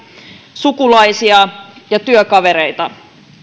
sukulaisia ja työkavereita